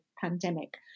pandemic